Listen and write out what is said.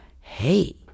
Hey